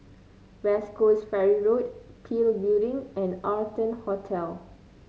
West Coast Ferry Road PIL Building and Arton Hotel